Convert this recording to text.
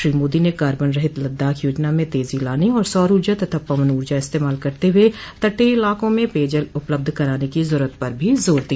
श्री मोदी ने कार्बन रहित लद्दाख योजना में तेजी लाने और सौर तथा पवन ऊर्जा का इस्तेमाल करते हुए तटीय इलाकों में पेयजल उपलब्ध कराने की जरूरत पर भी जोर दिया